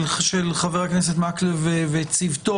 חבר הכנסת מקלב וצוותו.